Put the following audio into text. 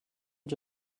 you